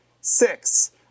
Six